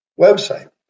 website